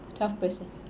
twelve percent